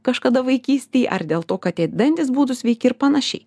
kažkada vaikystėj ar dėl to kad tie dantys būtų sveiki ir panašiai